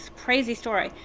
crazy story.